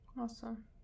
Awesome